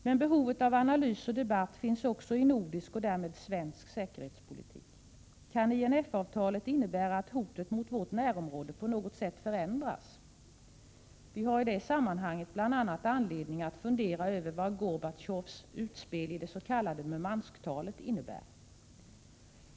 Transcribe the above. Men behovet av analys och debatt finns också i nordisk och därmed svensk säkerhetspolitik. Kan INF-avtalet innebära att hotet mot vårt närområde på något sätt förändras? Vi har i detta sammanhang bl.a. anledning att fundera över vad Gorbatjovs utspel i det s.k. Murmansktalet innebär.